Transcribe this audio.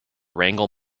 wrangle